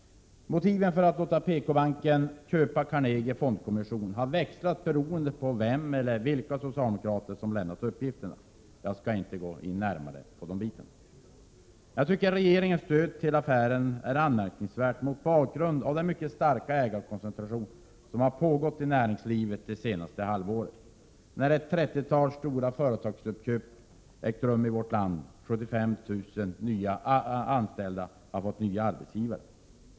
Motiven för att låta PKbanken köpa Carnegie Fondkommission har växlat, beroende på vem eller vilka socialdemokrater som lämnat uppgifterna. Jag skall inte närmare gå in på motiven. Jag tycker att regeringens stöd till affären är anmärkningsvärd mot bakgrund av den mycket starka ägarkoncentration som har pågått i näringslivet det senaste halvåret, när ett trettiotal stora företagsköp har ägt rum i vårt land. 75 000 anställda har fått nya arbetsgivare.